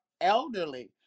elderly